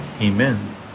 Amen